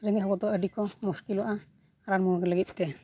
ᱨᱮᱸᱜᱮᱡᱽ ᱦᱚᱲ ᱫᱚ ᱟᱹᱰᱤ ᱠᱚ ᱢᱩᱥᱠᱤᱞᱚᱜᱼᱟ ᱨᱟᱱᱼᱢᱩᱨᱜᱟᱹᱱ ᱞᱟᱹᱜᱤᱫ ᱛᱮ